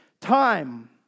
time